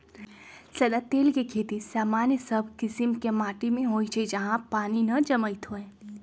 सदा तेल के खेती सामान्य सब कीशिम के माटि में होइ छइ जहा पानी न जमैत होय